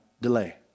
delay